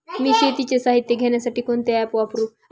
मी शेतीचे साहित्य घेण्यासाठी कोणते ॲप वापरु?